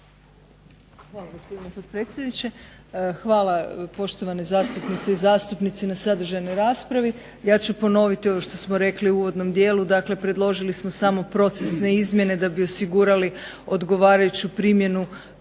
Hvala gospodine potpredsjedniče, hvala poštovane zastupnice i zastupnici na sadržajnoj raspravi. Ja ću ponoviti ovo što smo rekli u uvodnom dijelu. Dakle, predložili smo samo procesne izmjene da bi osigurali odgovarajuću primjenu